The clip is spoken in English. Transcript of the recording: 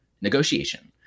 negotiation